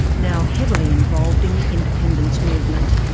now heavily involved in the independence movement.